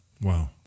wow